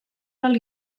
del